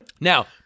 Now